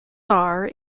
are